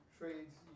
trades